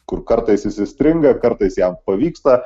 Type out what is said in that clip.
kur kartais jis įstringa kartais jam pavyksta